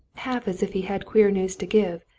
half as if he had queer news to give,